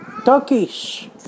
Turkish